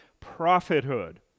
prophethood